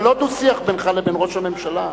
זה לא דו-שיח בינך לבין ראש הממשלה,